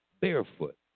barefoot